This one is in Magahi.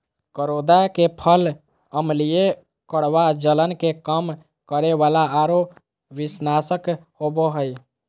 करोंदा के फल अम्लीय, कड़वा, जलन के कम करे वाला आरो विषनाशक होबा हइ